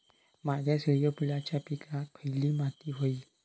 माझ्या सूर्यफुलाच्या पिकाक खयली माती व्हयी?